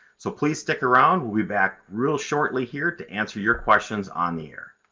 so please stick around we'll be back real shortly here to answer your questions on the air.